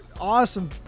Awesome